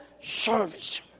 service